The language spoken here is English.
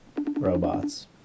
robots